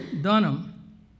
Dunham